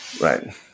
Right